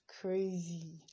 crazy